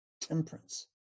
temperance